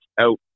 out